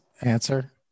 answer